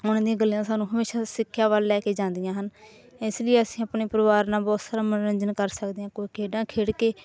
ਉਹਨਾਂ ਦੀਆਂ ਗੱਲਾਂ ਸਾਨੂੰ ਹਮੇਸ਼ਾ ਸਿੱਖਿਆ ਵੱਲ ਲੈ ਕੇ ਜਾਂਦੀਆਂ ਹਨ ਇਸ ਲਈ ਅਸੀਂ ਆਪਣੇ ਪਰਿਵਾਰ ਨਾਲ ਬਹੁਤ ਸਾਰਾ ਮਨੋਰੰਜਨ ਕਰ ਸਕਦੇ ਹਾਂ ਕੋਈ ਖੇਡਾਂ ਖੇਡ ਕੇ